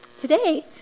Today